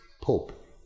Pope